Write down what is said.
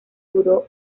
duró